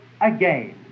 again